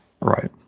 Right